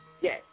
Yes